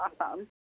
awesome